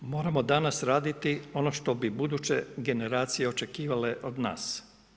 Moramo danas raditi ono što bi buduće generacije očekivale od nas.